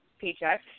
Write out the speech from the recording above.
paycheck